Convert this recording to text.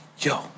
yo